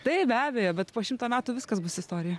taip be abejo bet po šimto metų viskas bus istorija